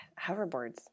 hoverboards